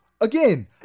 again